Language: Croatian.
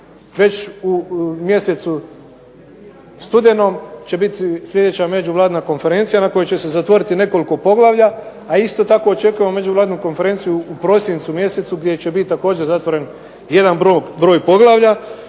već u mjesecu studenom će biti sljedeća međuvladina konferencija na kojoj će se zatvoriti nekoliko poglavlja, a isto tako očekujemo međuvladinu konferenciju u prosincu mjesecu gdje će biti također zatvoren jedan broj poglavlja.